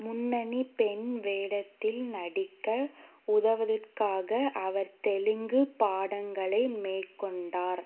முன்னணி பெண் வேடத்தில் நடிக்க உதவுவதற்காக அவர் தெலுங்கு பாடங்களை மேற்கொண்டார்